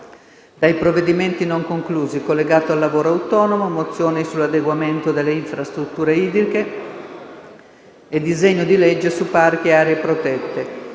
dai provvedimenti non conclusi (collegato lavoro autonomo, mozioni sull'adeguamento delle infrastrutture idriche e disegno di legge su parchi e aree protette).